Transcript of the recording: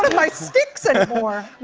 my sticks anymore.